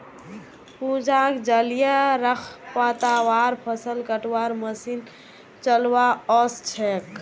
पूजाक जलीय खरपतवार फ़सल कटवार मशीन चलव्वा ओस छेक